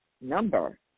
number